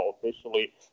officially